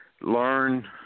learn